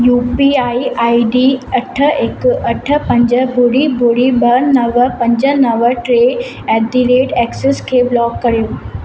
U P I I D अठ हिकु अठ पंज ॿुड़ी ॿुड़ी ॿ नव पंज नव टे एट द रेट एक्सिस खे ब्लॉक कयो